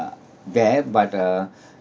there but uh